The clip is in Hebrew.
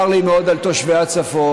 צר לי מאוד על תושבי הצפון.